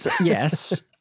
yes